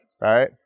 right